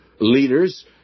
leaders